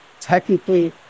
Technically